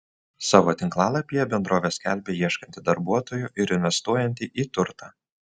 savo tinklalapyje bendrovė skelbia ieškanti darbuotojų ir investuojanti į turtą